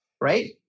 right